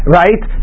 right